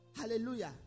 Hallelujah